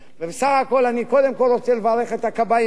לומר לכם: אתם ראויים להיקרא "לוחמי האש".